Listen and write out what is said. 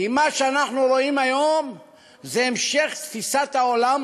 כי מה שאנחנו רואים היום זה המשך תפיסת העולם